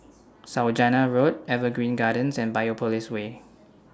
Saujana Road Evergreen Gardens and Biopolis Way